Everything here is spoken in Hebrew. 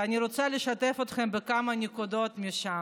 ואני רוצה לשתף אתכם בכמה נקודות משם.